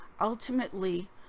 ultimately